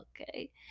Okay